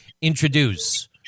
introduce